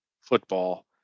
football